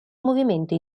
movimento